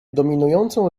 dominującą